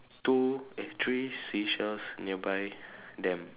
two eh three seashells nearby them